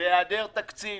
- בהיעדר תקציב